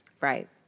Right